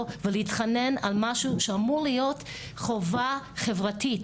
ולהתחנן על משהו שאמור להיות חובה חברתית,